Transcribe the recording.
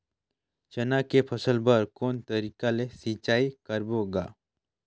चना के फसल बर कोन तरीका ले सिंचाई करबो गा?